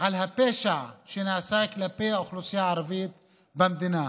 על הפשע שנעשה כלפי האוכלוסייה הערבית במדינה,